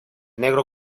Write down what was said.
negro